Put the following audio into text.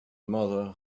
mother